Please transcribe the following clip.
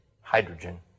hydrogen